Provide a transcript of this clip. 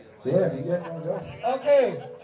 Okay